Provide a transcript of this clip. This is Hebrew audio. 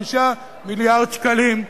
5 מיליארד שקלים.